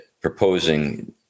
proposing